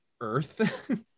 earth